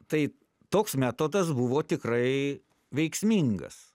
tai toks metodas buvo tikrai veiksmingas